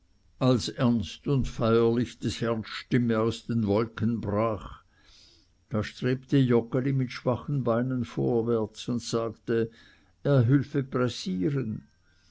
als ernst und feierlich des herrn stimme aus den wolken brach da strebte joggeli mit schwachen beinen vorwärts und sagte er helfe pressieren